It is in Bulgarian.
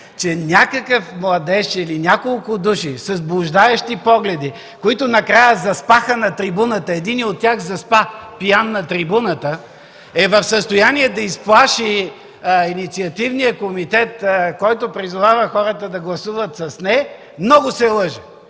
че някакъв младеж или няколко души с блуждаещи погледи, които накрая заспаха на трибуната, единият от тях заспа пиян на трибуната, е в състояние да изплаши Инициативния комитет, който призовава хората да гласуват с „Не!”, много се лъже!